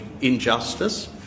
injustice